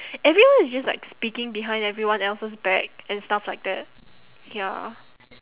everyone is just like speaking behind everyone else's back and stuff like that ya